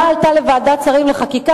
ההצעה עלתה לוועדת השרים לחקיקה.